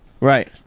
Right